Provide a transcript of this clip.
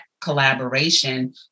collaboration